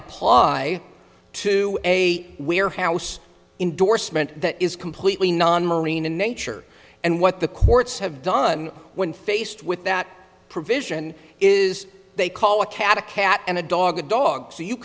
apply to a warehouse indorsement that is completely non marine in nature and what the courts have done when faced with that provision is they call a cat a cat and a dog a dog so you